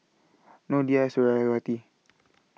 Noh Dhia Suriawati